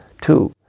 Two